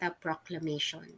proclamation